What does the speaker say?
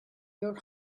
your